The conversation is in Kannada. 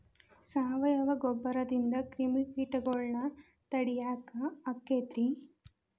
ಸಾವಯವ ಗೊಬ್ಬರದಿಂದ ಕ್ರಿಮಿಕೇಟಗೊಳ್ನ ತಡಿಯಾಕ ಆಕ್ಕೆತಿ ರೇ?